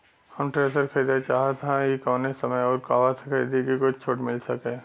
हम थ्रेसर खरीदल चाहत हइं त कवने समय अउर कहवा से खरीदी की कुछ छूट मिल सके?